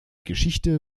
geschichte